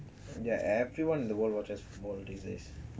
ya everyone in the world watches football these days